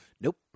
Nope